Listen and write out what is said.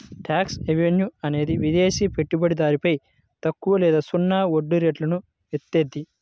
tax haven అనేది విదేశి పెట్టుబడిదారులపై తక్కువ లేదా సున్నా పన్నురేట్లను ఏత్తాది